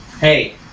hey